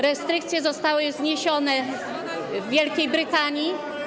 Restrykcje zostały zniesione w Wielkiej Brytanii.